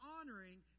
honoring